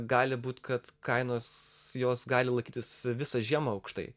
gali būt kad kainos jos gali laikytis visą žiemą aukštai